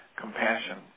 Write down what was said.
compassion